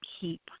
keep